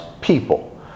people